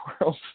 World